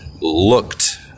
looked